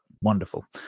wonderful